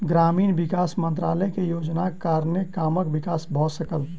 ग्रामीण विकास मंत्रालय के योजनाक कारणेँ गामक विकास भ सकल